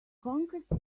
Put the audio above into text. concrete